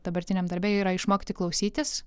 dabartiniam darbe yra išmokti klausytis